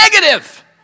negative